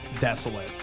Desolate